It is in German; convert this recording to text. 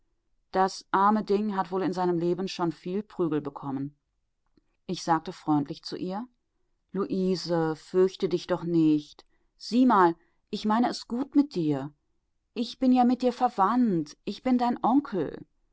das arme ding hat wohl in seinem leben schon viel prügel bekommen ich sagte freundlich zu ihr luise fürchte dich doch nicht sieh mal ich meine es gut mit dir ich bin ja mit dir verwandt ich bin dein onkel